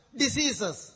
diseases